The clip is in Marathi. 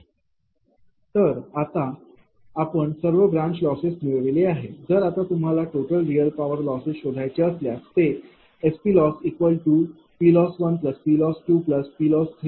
तर आता आपण सर्व ब्रांच लॉसेस मिळविले आहे जर आता तुम्हाला टोटल रियल पॉवर लॉसेस शोधायचे असल्यास ते SPLossPLoss1PLoss2PLoss3 0